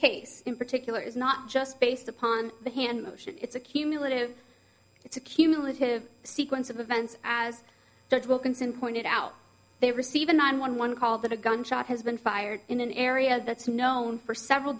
case in particular is not just based upon the hand motion it's a cumulative it's a cumulative sequence of events as wilkinson pointed out they receive a nine one one call that a gunshot has been fired in an area that's known for several